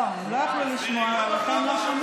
לא, הם לא יכלו לשמוע ולכן הם לא שמעו.